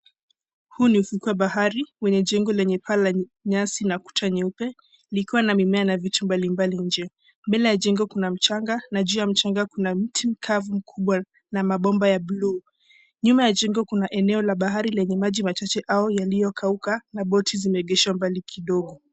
Huu ni ufukwe wa bahari wenye jengo lenye paa la nyasi na kuta nyeupe, likiwa na mimea na vitu mbalimbali nje. Mbele ya jengo kuna mchanga na juu ya mchanga kuna mti mkavu mkubwa na mabomba ya bluu. Nyuma ya jengo kuna eneo la bahari lenye maji machache au yaliyo kauka na boti zimeegeshwa mbali kidogo.